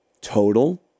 total